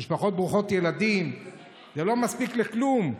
במשפחות ברוכות ילדים זה לא מספיק לכלום.